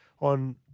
on